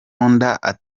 atandatu